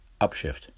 upshift